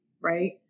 right